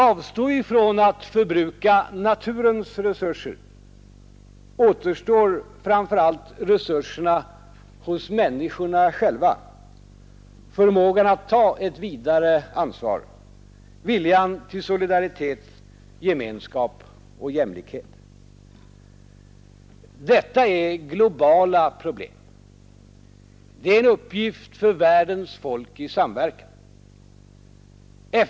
Avstår vi från att förbruka naturens resurser återstår framför allt resurserna hos människorna själva — förmågan att ta ett vidare ansvar, viljan till solidaritet, gemenskap och jämlikhet. Detta är globala problem. Det är en uppgift för världens folk i samverkan.